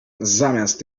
zamiast